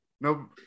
No